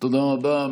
תודה רבה.